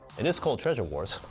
it is called treasure wars,